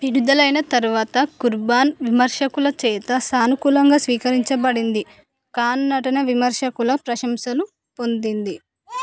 విడుదలైన తరువాత కుర్బాన్ విమర్శకుల చేత సానుకూలంగా స్వీకరించబడింది ఖాన్ నటన విమర్శకుల ప్రశంసలు పొందింది